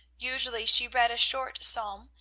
usually she read a short psalm,